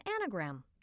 anagram